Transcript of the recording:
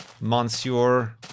Monsieur